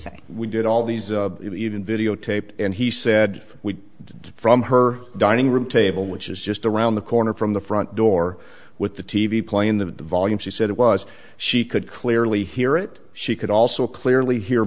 say we did all these even videotaped and he said we did from her dining room table which is just around the corner from the front door with the t v play in the volume she said it was she could clearly hear it she could also clearly he